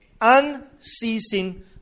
unceasing